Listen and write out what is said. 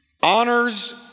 honors